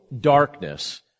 darkness